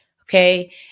okay